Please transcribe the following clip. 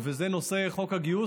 וזה נושא חוק הגיוס,